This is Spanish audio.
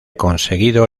conseguido